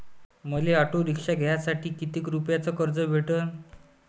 मले auto rickshaw घ्यासाठी कितीक रुपयाच कर्ज भेटनं?